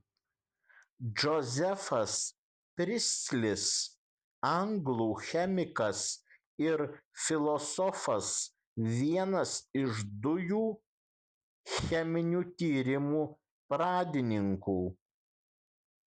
džozefas pristlis anglų chemikas ir filosofas vienas iš dujų cheminių tyrimų pradininkų